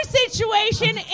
situation